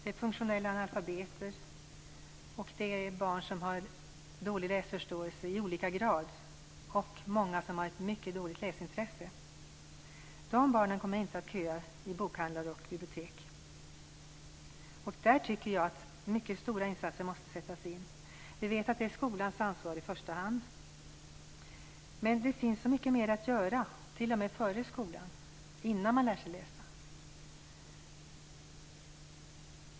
De är funktionella analfabeter, och det finns barn med olika grad av dålig läsförståelse. Många har ett mycket dåligt läsintresse. De barnen kommer inte att köa i bokhandlar och på bibliotek. Mycket stora insatser måste göras. Vi vet att det i första hand är skolans ansvar. Men det finns så mycket mer att göra, t.o.m. före skolstarten innan barnen lär sig läsa.